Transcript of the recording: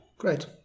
Great